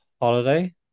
holiday